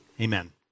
amen